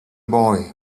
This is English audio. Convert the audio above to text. boy